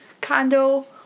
condo